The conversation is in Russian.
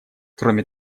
кроме